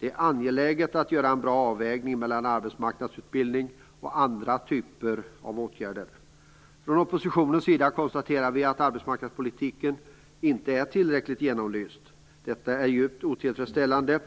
Det är angeläget att göra en bra avvägning mellan arbetsmarknadsutbildning och andra typer av åtgärder. Vi från oppositionen konstaterar att arbetsmarknadspolitiken inte är tillräckligt genomlyst. Detta är djupt otillfredsställande,